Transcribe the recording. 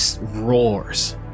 roars